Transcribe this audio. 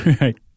Right